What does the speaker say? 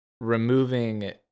removing